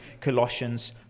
Colossians